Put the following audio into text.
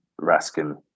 Raskin